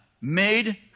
made